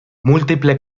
múltiple